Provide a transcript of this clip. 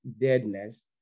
deadness